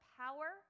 power